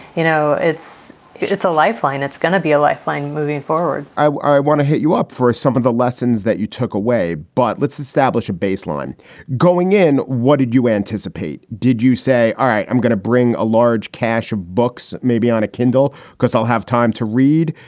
you know, it's it's a lifeline. it's going to be a lifeline moving forward i want to hit you up for some of the lessons that you took away. but let's establish a baseline going in. what did you anticipate did you say, all right, i'm going to bring a large cache of books maybe on a kindle because i'll have time to read.